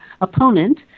opponent